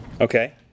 Okay